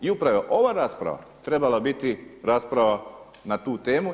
I upravo je ova rasprava trebala biti rasprava na tu temu.